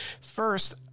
First